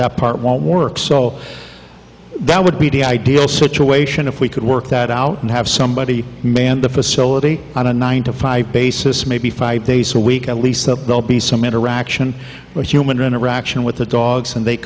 that part won't work so that would be the ideal situation if we could work that out and have somebody manned the facility on a nine to five basis maybe five days a week at least that they'll be some interaction but human interaction with the dogs and they